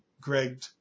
Greg